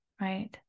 right